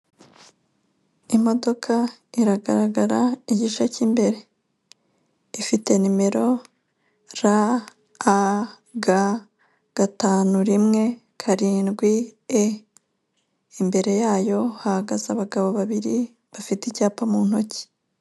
Imodoka iragaragara igice cy'imbere ifite nimero RAG 517 E, imbere yayo hahagaze abagabo babiri bafite icyapa mu ntoki.